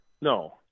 No